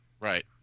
Right